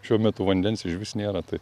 šiuo metu vandens išvis nėra tai